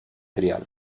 trial